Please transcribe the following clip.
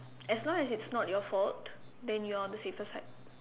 as long as it's not your fault then you're on the safer side